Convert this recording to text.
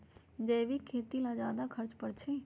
जैविक खेती ला ज्यादा खर्च पड़छई?